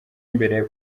imbere